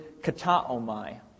kataomai